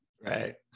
right